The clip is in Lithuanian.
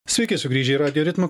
sveiki sugrįžę į radijo ritmą